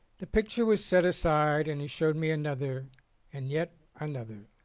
the picture was set aside and he showed me another and yet another.